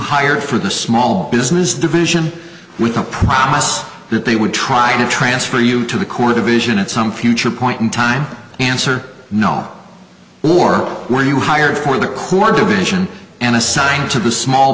hired for the small business division with a promise that they would try to transfer you to the core division at some future point in time answer no more were you hired for the corps division and assigned to the small